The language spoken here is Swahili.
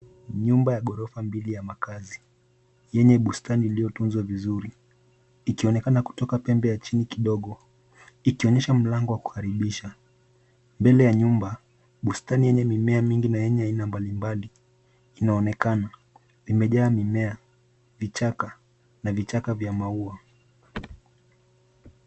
Nyumba ya ghorofa mbili ya makazi yenye bustani iliyo tunzwa vizuri ikionekana kutoka pembe ya chini kidogo ikionyesha mlango wa kukaribisha. Mbele ya nyumba bustani yenye mimea mingi na yenye aina mbali mbali inaonekana. Imejaa mimea, vichaka na vichaka vya maua.